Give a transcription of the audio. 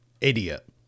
idiot